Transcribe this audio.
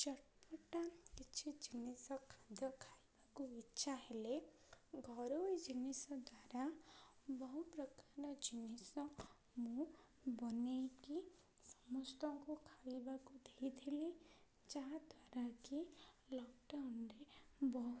ଚଟପଟା କିଛି ଜିନିଷ ଖାଦ୍ୟ ଖାଇବାକୁ ଇଚ୍ଛା ହେଲେ ଘରୋଇ ଜିନିଷ ଦ୍ୱାରା ବହୁ ପ୍ରକାର ଜିନିଷ ମୁଁ ବନେଇକି ସମସ୍ତଙ୍କୁ ଖାଇବାକୁ ଦେଇଥିଲି ଯାହାଦ୍ୱାରା କି ଲକଡାଉନ୍ରେ ବହୁ